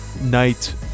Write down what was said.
night